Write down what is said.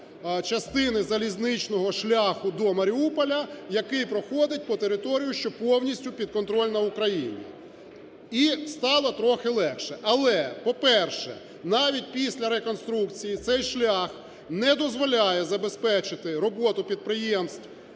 частини залізничного шляху до Маріуполя, який проходить по території, що повністю підконтрольна Україні, і стало трохи легше. Але, по-перше, навіть після реконструкції цей шлях не дозволяє забезпечити роботу підприємств